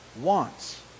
wants